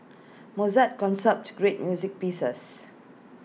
Mozart great music pieces